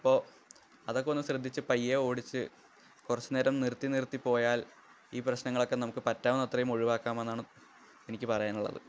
അപ്പോൾ അതൊക്കെയൊന്നു ശ്രദ്ധിച്ച് പയ്യെ ഓടിച്ച് കുറച്ച് നേരം നിർത്തി നിർത്തി പോയാല് ഈ പ്രശ്നങ്ങളൊക്കെ നമുക്ക് പറ്റാവുന്നത്രയും ഒഴിവാക്കാമെന്നാണ് എനിക്ക് പറയാനുള്ളത്